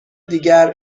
دیگر